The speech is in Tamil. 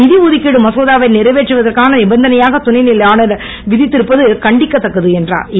நிதி ஒதுக்கீட்டு மசோதாவை நிறைவேற்றுவதற்கான நிபந்தனையாக துணைநிலை ஆளுனர் விதித்திருப்பது கண்டிக்கத்தக்கது என்றுர்